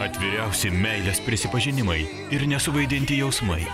atviriausi meilės prisipažinimai ir nesuvaidinti jausmai